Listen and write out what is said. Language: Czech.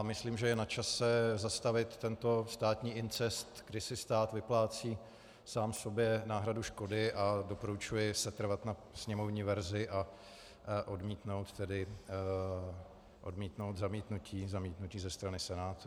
Myslím, že je na čase zastavit tento státní incest, kdy si stát vyplácí sám sobě náhradu škody, a doporučuji setrvat na sněmovní verzi, odmítnout tedy zamítnutí ze strany Senátu.